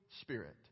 Spirit